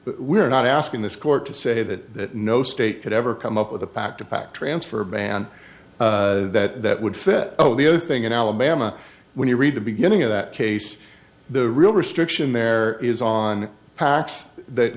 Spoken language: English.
we're not asking this court to say that no state could ever come up with a pact a pact transfer ban that would fit oh the other thing in alabama when you read the beginning of that case the real restriction there is on packs that